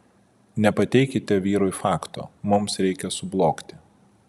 nepateikite vyrui fakto mums reikia sublogti